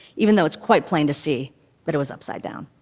even though it's quite plain to see that it was upside down.